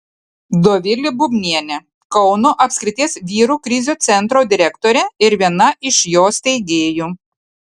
dovilė bubnienė kauno apskrities vyrų krizių centro direktorė ir viena iš jo steigėjų